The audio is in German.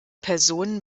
personen